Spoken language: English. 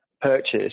purchase